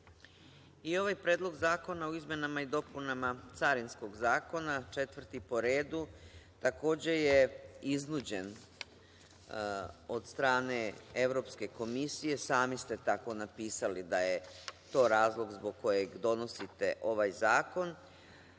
Ovaj Predlog zakona o izmenama i dopunama Carinskog zakona, četvrti po redu, takođe je iznuđen od strane Evropske komisije. Sami ste tako napisali da je to razlog zbog kojeg donosite ovaj zakon,